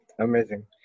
Amazing